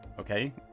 Okay